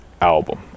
album